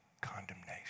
condemnation